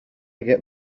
get